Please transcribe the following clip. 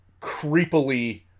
creepily